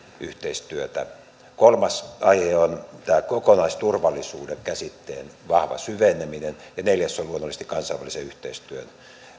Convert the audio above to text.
yhteistyötä kolmas aihe on kokonaisturvallisuuden käsitteen vahva syveneminen ja neljäs on luonnollisesti kansainvälisen yhteistyön